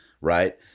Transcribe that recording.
right